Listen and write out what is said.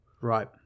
right